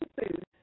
food